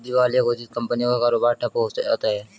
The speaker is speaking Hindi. दिवालिया घोषित कंपनियों का कारोबार ठप्प हो जाता है